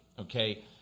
Okay